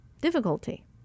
difficulty